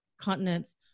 continents